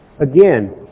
Again